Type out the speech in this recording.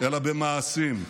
אלא במעשים.